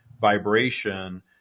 vibration